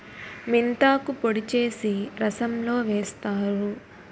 మెంతాకు పొడి చేసి రసంలో వేస్తారు